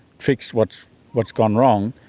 fix what's what's gone wrong.